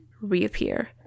reappear